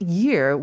year